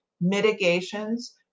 mitigations